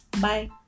Bye